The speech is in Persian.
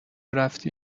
رفتی